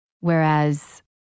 whereas